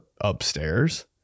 upstairs